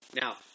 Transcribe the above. Now